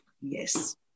yes